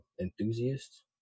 enthusiast